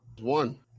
One